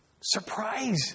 Surprise